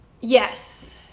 yes